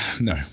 No